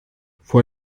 vor